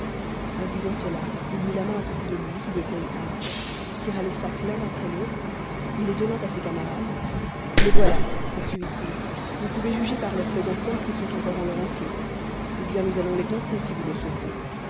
en disant cela il mit la main à côté de lui sous de vieilles hardes tira les sacs l'un après l'autre et les donnant à ses camarades les voila poursuivit-il vous pouvez juger par leur pesanteur qu'ils sont encore en leur entier ou bien nous allons les compter si vous le souhaitez